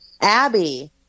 Abby